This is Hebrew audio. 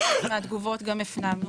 חלק מהתגובות גם הפנמנו.